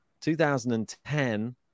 2010